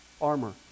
armor